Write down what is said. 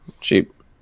cheap